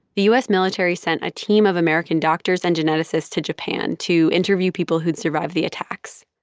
the u s. military sent a team of american doctors and geneticists to japan to interview people who'd survived the attacks.